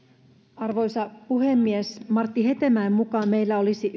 arvoisa puhemies martti hetemäen mukaan meillä olisi